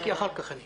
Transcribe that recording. לא, זה כבר עם ערן?